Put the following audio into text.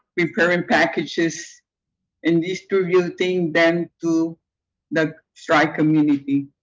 preparing packages and distributing them to the stri community.